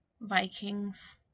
Vikings